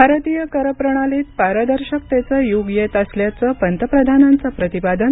भारतीय कर प्रणालीत पारदर्शकतेचं युग येत असल्याचं पंतप्रधानांचं प्रतिपादन